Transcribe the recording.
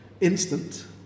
instant